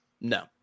No